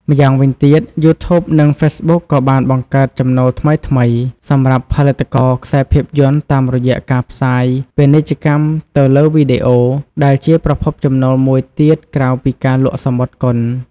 ម្យ៉ាងវិញទៀត យូធូប និង ហ្វេសប៊ុក ក៏បាន បង្កើតចំណូលថ្មីៗ សម្រាប់ផលិតករខ្សែភាពយន្តតាមរយៈការផ្សាយពាណិជ្ជកម្មទៅលើវីដេអូ ដែលជាប្រភពចំណូលមួយទៀតក្រៅពីការលក់សំបុត្រកុន។